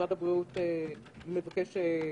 משרד הבריאות מבקש להתייחס.